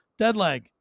Deadleg